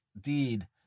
deed